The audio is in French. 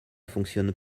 fonctionnent